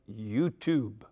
YouTube